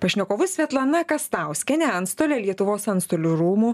pašnekovus svetlana kastauskienė antstolė lietuvos antstolių rūmų